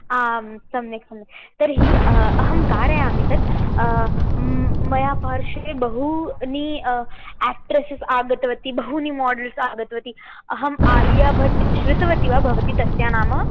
आम् सम्यक् सम्यक् तर्हि अहं कारयामि तत् मया पार्श्वे बहूनि आक्ट्रेसेस् आगतवती बहूनि मोडल्स् आगतवती अहम् आलियाभट् श्रुतवती वा भवती तस्याः नाम